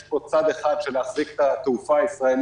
יש פה צד אחד של להחזיק את התעופה הישראלית,